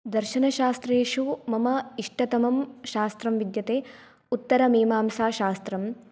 दर्शनशास्त्रेषु मम इष्टतमं शास्त्रं विद्यते उत्तरमीमांसाशास्त्रम्